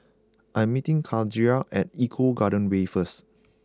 I am meeting Kadijah at Eco Garden Way first